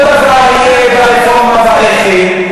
אותו דבר יהיה ברפורמה ברכב.